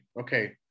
Okay